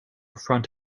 front